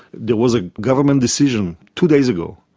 there was a government decision two days ago,